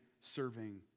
serving